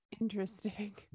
Interesting